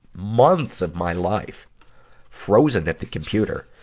months of my life frozen at the computer,